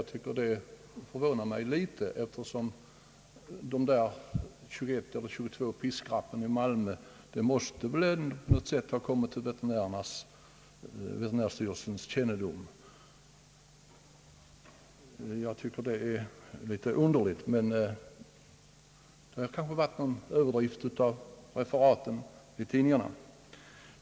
Detta uttalande förvånar mig något eftersom de där 21 eller 22 piskrappen i Malmö på något sätt väl måste ha kommit till veterinärstyrelsens kännedom. Jag tycker att detta är en aning underligt, men referaten i tidningarna har kanske varit något överdrivna.